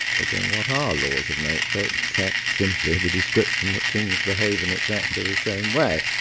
but then what are laws of nature, except simply the description that things behave in exactly the same way?